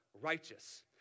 righteous